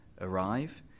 arrive